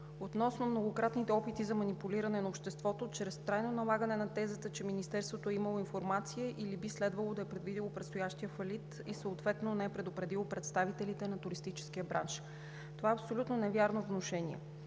относно многократните опити за манипулиране на обществото чрез трайно налагане на тезата, че Министерството е имало информация или би следвало да е предвидило предстоящия фалит и съответно не е предупредило представителите на туристическия бранш. Това е абсолютно невярно внушение.